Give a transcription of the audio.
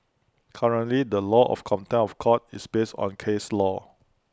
currently the law of contempt of court is based on case law